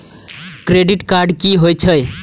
Credit card की होय छै?